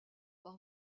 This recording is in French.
par